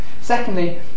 secondly